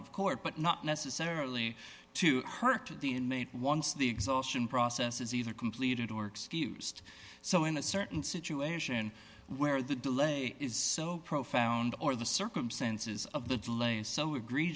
of court but not necessarily to hurt the inmate once the exhaustion process is either completed or excused so in a certain situation where the delay is so profound or the circumstances of the delay is so